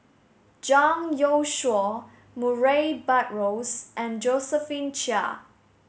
Zhang Youshuo Murray Buttrose and Josephine Chia